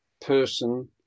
person